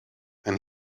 and